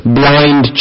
blind